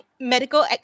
medical